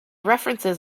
references